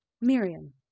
miriam